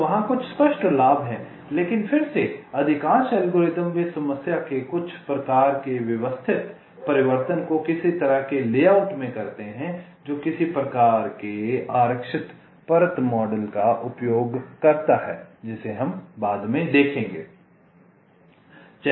तो वहाँ कुछ स्पष्ट लाभ हैं लेकिन फिर से अधिकांश एल्गोरिदम वे समस्या के कुछ प्रकार के व्यवस्थित परिवर्तन को किसी तरह के लेआउट में करते हैं जो किसी प्रकार के आरक्षित परत मॉडल का उपयोग करता है जिसे हम बाद में देखेंगे